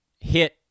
hit